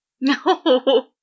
No